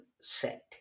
set